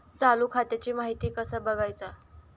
चालू खात्याची माहिती कसा बगायचा?